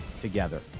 together